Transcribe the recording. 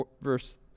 verse